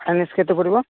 finance କେତେ ପଡ଼ିବ